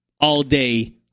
all-day